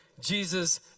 Jesus